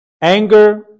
Anger